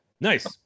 Nice